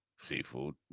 Seafood